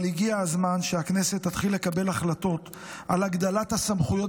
אבל הגיע הזמן שהכנסת תתחיל לקבל החלטות על הגדלת הסמכויות